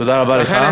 תודה רבה לך.